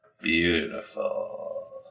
Beautiful